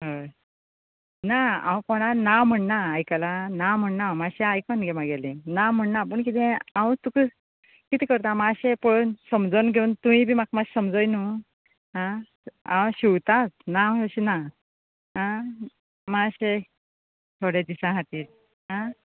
हय ना हांव कोणा ना म्हण्णा आयकला ना म्हण्णा हांव माश्शे आसकोन घे मागेले ना म्हण्णा पूण किदे हांव तुक् तूं किदें करतैृा माश्शे पळय समजोन घेवन तुयी बी म्हाका माश्शे समजय न्हू आं हांव शिंवता ना अशे ना आं माश्शे थोडे दिसा खातीर आं